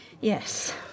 Yes